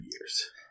years